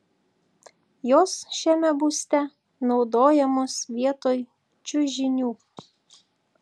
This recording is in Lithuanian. jos šiame būste naudojamos vietoj čiužinių